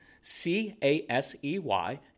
C-A-S-E-Y